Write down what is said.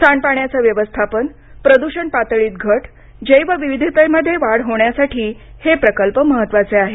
सांडपाण्याचे वव्यस्थापन प्रद्षण पातळीत घट जैवविविधतेमध्ये वाढ होण्यासाठी हे प्रकल्प महत्वाचे आहेत